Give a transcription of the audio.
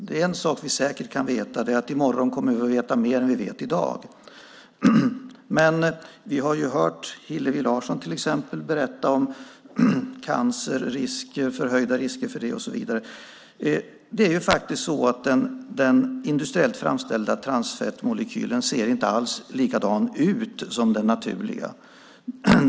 En sak kan vi säkert veta, och det är att i morgon kommer vi att veta mer än vi vet i dag. Vi har hört till exempel Hillevi Larsson berätta om förhöjda cancerrisker och så vidare. Den industriellt framställda transfettmolekylen ser inte alls likadan ut som den naturliga.